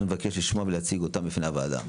מבקש לשמוע ולהציג אותם בפני הוועדה.